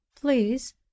please